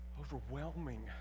overwhelming